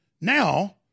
Now